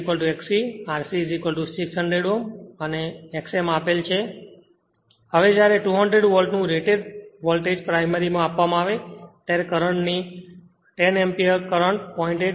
Re Xe અને R c 600 Ohm આપેલ છે X m આપેલ છે હવે જ્યારે 200 વોલ્ટનું રેટેડ વોલ્ટેજ પ્રાઇમરી માં આપવામાં આવે ત્યારે કરંટ 10 એમ્પીયર 0